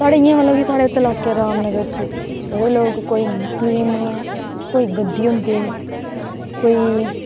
साडे इयां बी मतलब के साढ़े इलाके रामनगर च बडे लोक कोई मुस्लिम कोई गद्धी होंदे कोई